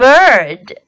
Bird